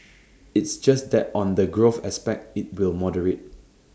it's just that on the growth aspect IT will moderate